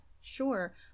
sure